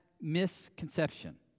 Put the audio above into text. misconception